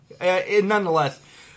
Nonetheless